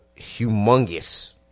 humongous